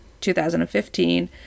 2015